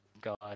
God